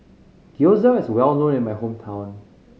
gyoza is well known in my hometown